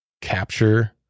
capture